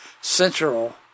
central